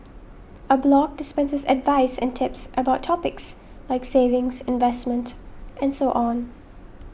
a blog dispenses advice and tips about topics like savings investment and so on